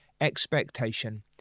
expectation